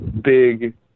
big